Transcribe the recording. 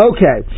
Okay